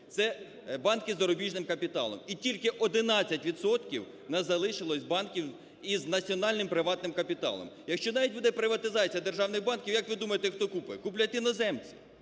це банки з зарубіжним капіталом і тільки 11 відсотків у нас залишилось банків із національним приватним капіталом. Навіть, якщо буде приватизація державних банків, як ви думаєте, хто купить? Куплять іноземці,